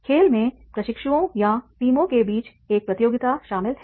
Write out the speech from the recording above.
खेल में प्रशिक्षुओं या टीमों के बीच एक प्रतियोगिता शामिल है